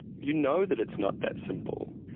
you know that it's not that simple.